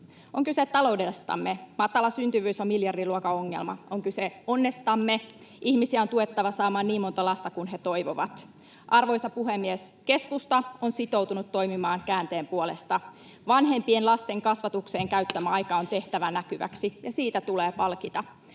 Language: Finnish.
On kyse taloudestamme: matala syntyvyys on miljardiluokan ongelma. On kyse onnestamme: ihmisiä on tuettava saamaan niin monta lasta kuin he toivovat. Arvoisa puhemies! Keskusta on sitoutunut toimimaan käänteen puolesta. Vanhempien lasten kasvatukseen käyttämä aika on tehtävä näkyväksi, ja siitä tulee palkita.